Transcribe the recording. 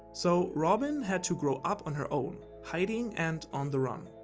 so, robin had to grow up on her own, hiding and on the run.